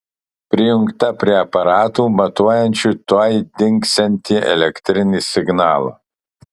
prijungta prie aparatų matuojančių tuoj dingsiantį elektrinį signalą